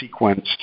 sequenced